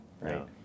right